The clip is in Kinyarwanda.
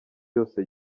yose